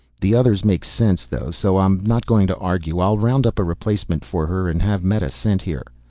the others make sense though, so i'm not going to argue. i'll round up a replacement for her and have meta sent here.